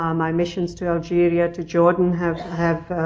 um my missions to algeria, to jordan, have have